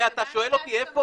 ואתה שואל אותי איפה?